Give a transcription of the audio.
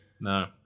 no